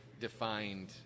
defined